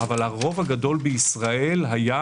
אבל הרוב הגדול ביותר היה,